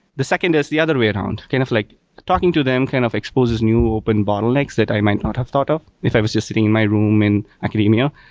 the second is the other way around, kind of like talking to them kind of exposes new open bottlenecks that i might not have thought of if i was just sitting in my room and academia.